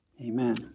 Amen